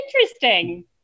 interesting